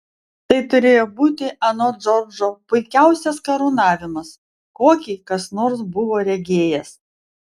tai turėjo būti anot džordžo puikiausias karūnavimas kokį kas nors buvo regėjęs